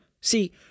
See